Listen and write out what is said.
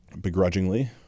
begrudgingly